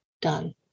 done